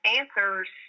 answers